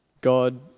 God